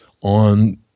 on